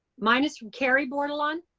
mine is from kerri bordelon.